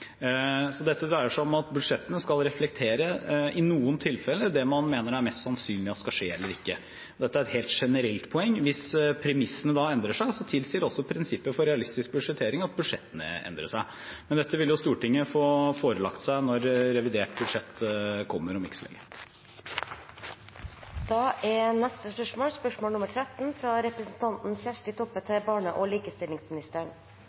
at budsjettene skal reflektere, i noen tilfeller, det man mener er mest sannsynlig vil skje eller ikke skje. Dette er et helt generelt poeng. Hvis premissene endrer seg, tilsier prinsippet om realistisk budsjettering at også budsjettene endrer seg. Men dette vil Stortinget bli forelagt når revidert nasjonalbudsjett kommer om ikke så lenge. «Barnevernet er